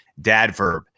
Dadverb